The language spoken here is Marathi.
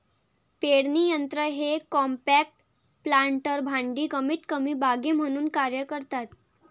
पेरणी यंत्र हे कॉम्पॅक्ट प्लांटर भांडी कमीतकमी बागे म्हणून कार्य करतात